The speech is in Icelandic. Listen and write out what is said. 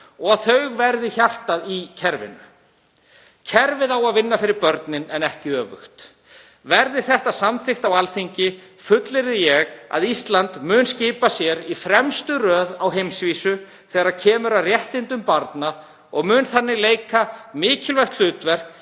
og að þau verði hjartað í kerfinu. Kerfið á að vinna fyrir börnin en ekki öfugt. Verði þetta samþykkt á Alþingi fullyrði ég að Ísland mun skipa sér í fremstu röð á heimsvísu þegar kemur að réttindum barna og mun þannig leika mikilvægt hlutverk,